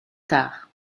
tard